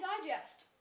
Digest